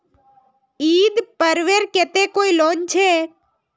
ईद पर्वेर केते कोई लोन छे?